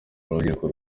urubyiruko